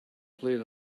played